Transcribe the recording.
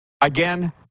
again